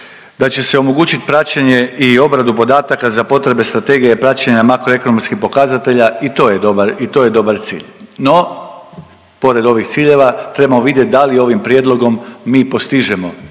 Da će se omogućit praćenje i obradu podataka za potrebe strategija i praćenja makroekonomskih pokazatelja i to je dobar, i to je dobar cilj. No pored ovih ciljeva trebamo vidjet da li ovim prijedlogom mi postižemo